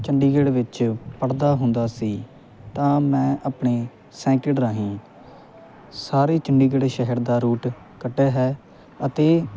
ਚੰਡੀਗੜ੍ਹ ਵਿੱਚ ਪੜ੍ਹਦਾ ਹੁੰਦਾ ਸੀ ਤਾਂ ਮੈਂ ਆਪਣੇ ਸੈਂਕੜ ਰਾਹੀਂ ਸਾਰੇ ਚੰਡੀਗੜ੍ਹ ਸ਼ਹਿਰ ਦਾ ਰੂਟ ਕੱਢਿਆ ਹੈ ਅਤੇ